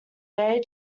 day